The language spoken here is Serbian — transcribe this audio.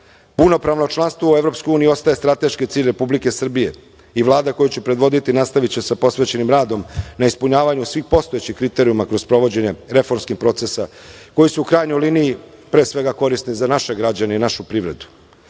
Punopravno članstvo u EU ostaje strateški cilj Republike Srbije i Vlada koju ću predvoditi nastaviće sa posvećenim radom na ispunjavanju svih postojećih kriterijuma kroz sprovođenje reformskih procesa koji su u krajnjoj liniji, pre svega, korisni za naše građane i našu privredu. Ne